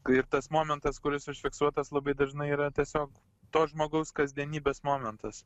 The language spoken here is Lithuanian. ir tas momentas kuris užfiksuotas labai dažnai yra tiesiog to žmogaus kasdienybės momentas